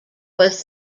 was